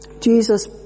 Jesus